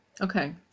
Okay